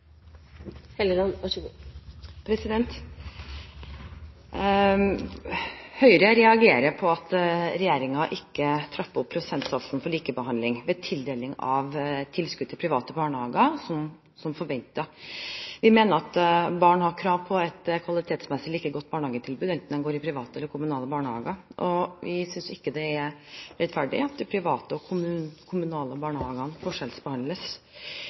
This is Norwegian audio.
Høyre reagerer på at regjeringen ikke trapper opp prosentsatsen for likebehandling ved tildeling av tilskudd til private barnehager som forventet. Vi mener at barn har krav på et kvalitetsmessig like godt barnehagetilbud enten de går i private eller i kommunale barnehager. Vi synes ikke det er rettferdig at de private og de kommunale barnehagene forskjellsbehandles.